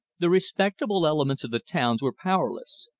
the respectable elements of the towns were powerless.